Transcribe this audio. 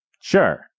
Sure